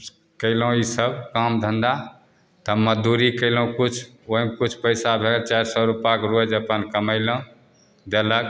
कएलहुँ ईसब काम धन्धा तब मजदूरी कएलहुँ किछु वएहमे किछु पइसा भेल चारि सओ रुपाके रोज अपन कमेलहुँ देलक